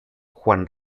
juan